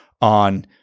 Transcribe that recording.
on